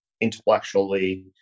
intellectually